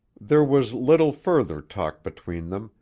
there was little further talk between them,